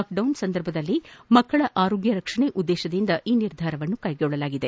lock down ಸಂದರ್ಭದಲ್ಲಿ ಮಕ್ಕಳ ಆರೋಗ್ಯ ರಕ್ಷಣೆ ಉದ್ದೇಶದಿಂದ ಈ ನಿರ್ಧಾರ ಕೈಗೊಳ್ಳಲಾಗಿದೆ